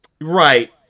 Right